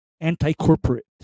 anti-corporate